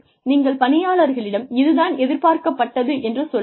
நீங்கள் பணியாளர்களிடம் இது தான் எதிர்பார்க்கப்பட்டது என்று சொல்லலாம்